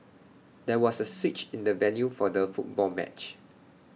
there was A switch in the venue for the football match